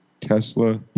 Tesla